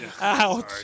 Ouch